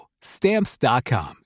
stamps.com